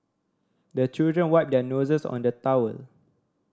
the children wipe their noses on the towel